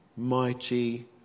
mighty